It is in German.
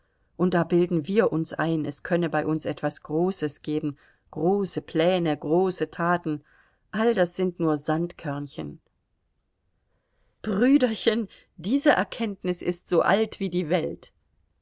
und da bilden wir uns ein es könne bei uns etwas großes geben große pläne große taten all das sind nur sandkörnchen brüderchen diese erkenntnis ist so alt wie die welt